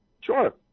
sure